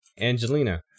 Angelina